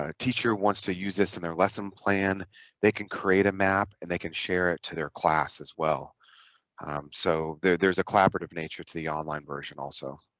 ah teacher wants to use this in their lesson plan they can create a map and they can share it to their class as well so there's a collaborative nature to the online version also